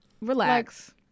relax